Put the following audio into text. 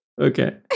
okay